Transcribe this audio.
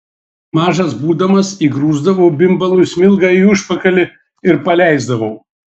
mažas būdamas įgrūsdavau bimbalui smilgą į užpakalį ir paleisdavau